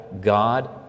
God